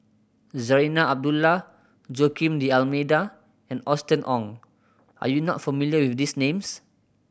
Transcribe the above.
Zarinah Abdullah Joaquim D'Almeida and Austen Ong are you not familiar with these names